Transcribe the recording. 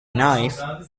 knife